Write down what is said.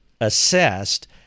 assessed